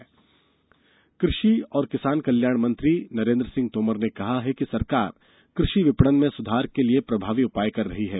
तोमर बैठक कृषि और किसान कल्याण मंत्री नरेन्द्र सिंह तोमर ने कहा है कि सरकार कृषि विपणन में सुधार के लिए प्रभावी उपाय कर रही है